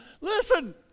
Listen